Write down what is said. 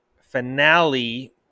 Finale